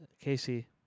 Casey